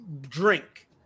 drink